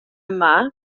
yma